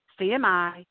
CMI